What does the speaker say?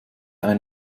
ein